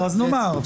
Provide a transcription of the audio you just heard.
הממשלה נותנת.